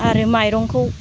आरो माइरंखौ